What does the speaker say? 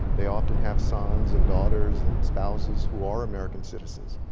they often have sons and daughters and spouses who are american citizens.